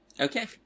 Okay